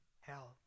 hell